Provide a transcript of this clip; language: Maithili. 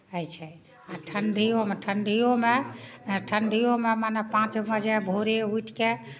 होइ छै आ ठण्ढीओमे ठण्ढीओमे ठण्ढीओमे मने पाँच बजे भोरे उठि कऽ